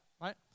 right